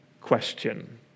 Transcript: question